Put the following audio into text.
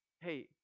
hey